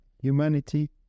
humanity